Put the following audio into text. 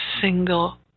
single